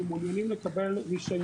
אנחנו מעוניינים לקבל רישיון